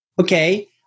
okay